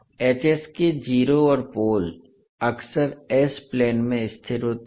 • के ज़ीरो और पोल अक्सर s प्लेन में स्थित होते हैं